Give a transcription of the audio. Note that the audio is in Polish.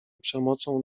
przemocą